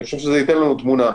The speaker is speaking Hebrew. אני חושב שזה ייתן לנו תמונה.